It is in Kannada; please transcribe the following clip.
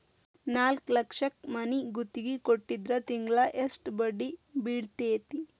ನಾಲ್ಕ್ ಲಕ್ಷಕ್ ಮನಿ ಗುತ್ತಿಗಿ ಕೊಟ್ಟಿದ್ರ ತಿಂಗ್ಳಾ ಯೆಸ್ಟ್ ಬಡ್ದಿ ಬೇಳ್ತೆತಿ?